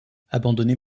abandonné